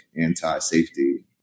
anti-safety